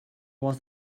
was